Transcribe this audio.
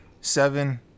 seven